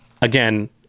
Again